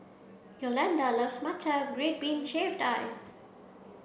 Yolanda loves matcha red bean shaved ice